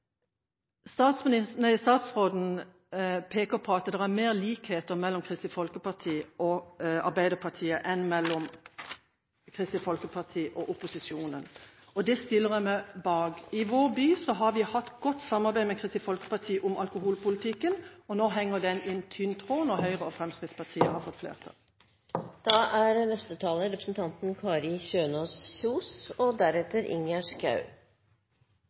Statsråden peker på at det er flere likheter mellom Kristelig Folkeparti og Arbeiderpartiet enn mellom Kristelig Folkeparti og opposisjonen, og det stiller jeg meg bak. I vår by har vi hatt et godt samarbeid med Kristelig Folkeparti om alkoholpolitikken, men nå henger den i en tynn tråd om Høyre og Fremskrittspartiet har